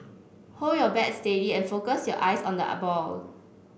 hold your bat steady and focus your eyes on the are balls